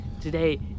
today